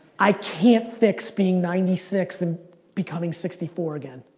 i can't fix being ninety six and becoming sixty four again.